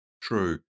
true